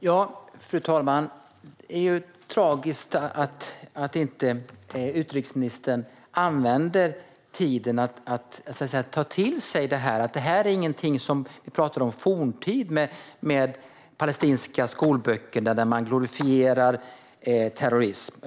Fru ålderspresident! Det är tragiskt att utrikesministern inte använder tiden till att ta till sig detta. Vi talar inte om någon forntid när det gäller de palestinska skolböcker där man glorifierar terrorism.